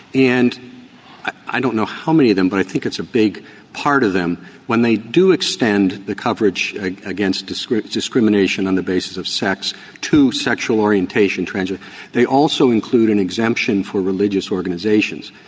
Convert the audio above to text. and i don't know how many of them but i think it's a big part of them when they do extend the coverage against descriptor discrimination on the basis of sex to sexual orientation. and they also include an exemption for religious organizations.